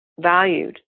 valued